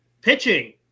Pitching